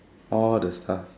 all the stuff